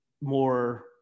more